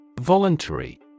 Voluntary